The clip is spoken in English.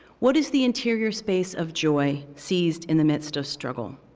what is the interior space of joy seized in the midst of struggle?